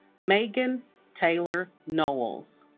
meghan taylor nowels